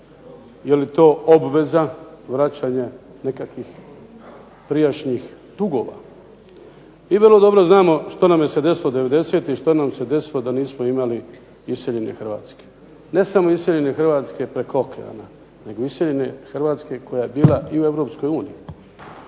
jeli to obveza vraćanja nekakvih prijašnjih dugova. I vrlo dobro znamo što nam se je desilo '90.-ih i što nam se desilo da nismo imali iseljene HRvatske. Ne samo iseljene HRvatske preko okeana nego iseljene Hrvatske koja je bila i u EU.